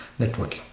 networking